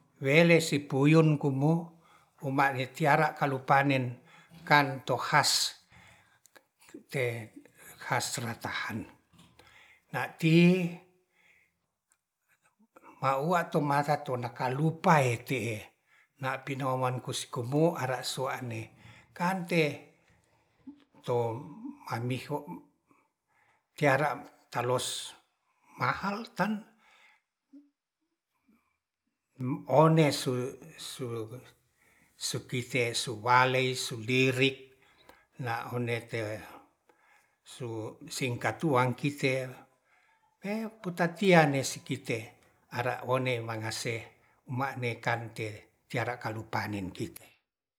Wele si poyon kumo umane tiara kalu panen kan to has te has ratahan na ti maua to masa to nakalupae ti'e na pinoman kus kumu ara sua'ne kante to ambiho tiara talos mahal tan one su-su-sukite su walei su lirik na hone te su singkat tuang kite ee kutatiale su kite ara one magase wane kante tiara kalu panen kite